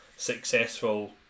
successful